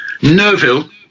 Nerville